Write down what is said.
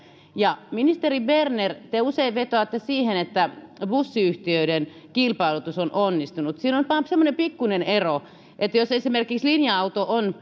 ministeri berner te usein vetoatte siihen että bussiyhtiöiden kilpailutus on onnistunut siinä on vain semmoinen pikkuinen ero että jos esimerkiksi linja auto on